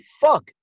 fuck